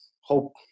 hope